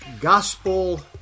Gospel